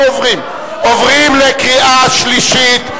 אנחנו עוברים לקריאה שלישית.